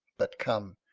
but come,